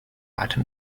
atem